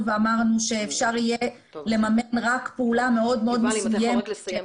ואמרנו שאפשר יהיה לממן רק פעולה מאוד- -- יובל אתה יכול רק לסיים?